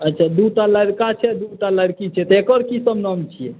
अच्छा दुटा लड़का छै आ दुटा लड़की छै तऽ एकर की सभ नाम छियै